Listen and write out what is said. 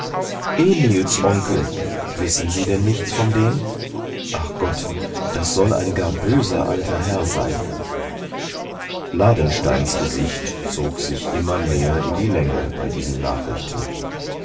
emils onkel wissen sie denn nichts von dem ach gott das soll ein gar böser alter herr sein ladensteins gesicht zog sich immer mehr in die länge bei diesen nachrichten